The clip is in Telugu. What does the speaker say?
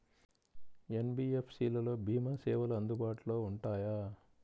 ఎన్.బీ.ఎఫ్.సి లలో భీమా సేవలు అందుబాటులో ఉంటాయా?